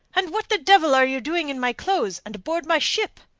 and what the devil are you doing in my clothes and aboard my ship?